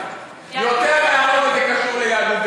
יותר מעמונה זה קשור ליהדות,